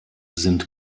sind